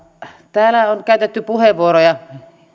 täällä on käytetty puheenvuoroja